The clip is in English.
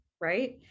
right